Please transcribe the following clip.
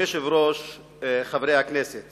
חבר הכנסת